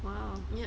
!wow!